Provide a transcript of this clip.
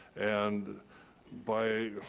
and by,